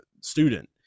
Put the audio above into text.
student